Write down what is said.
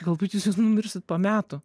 galbūt jūs numirsit po metų